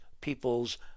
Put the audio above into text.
people's